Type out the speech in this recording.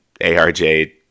ARJ